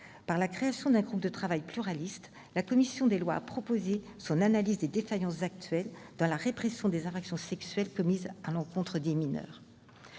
par la création d'un groupe de travail pluraliste, elle a proposé son analyse des défaillances actuelles dans la répression des infractions sexuelles commises à l'encontre des mineurs.